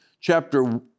chapter